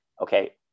okay